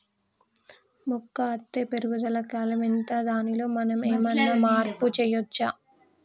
మొక్క అత్తే పెరుగుదల కాలం ఎంత దానిలో మనం ఏమన్నా మార్పు చేయచ్చా?